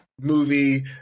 movie